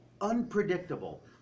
unpredictable